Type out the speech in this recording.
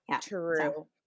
True